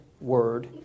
word